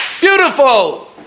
Beautiful